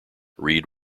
reed